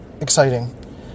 exciting